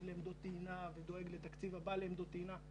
לעמדות טעינה ודואג לתקציב הבא לעמדות טעינה: